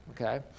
okay